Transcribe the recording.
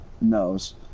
knows